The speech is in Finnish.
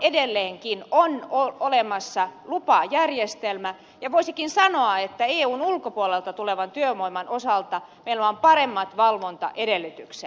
edelleenkin on olemassa lupajärjestelmä ja voisikin sanoa että eun ulkopuolelta tulevan työvoiman osalta meillä on paremmat valvontaedellytykset